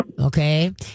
Okay